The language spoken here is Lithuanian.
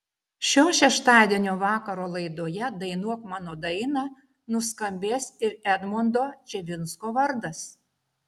šio šeštadienio vakaro laidoje dainuok mano dainą nuskambės ir edmondo čivinsko vardas